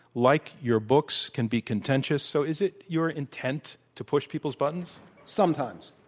like your books, can be contentious. so is it your intent to push people's buttons? sometimes.